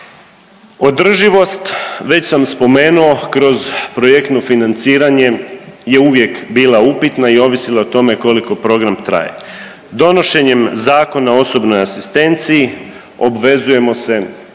Održivost već sam spomenuo kroz projektno financiranje je uvijek bila upitna i ovisila o tome koliko program traje. Donošenjem Zakona o osobnoj asistenciji obvezujemo se